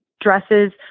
dresses